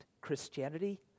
Christianity